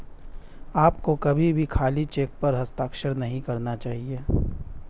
आपको कभी भी खाली चेक पर हस्ताक्षर नहीं करना चाहिए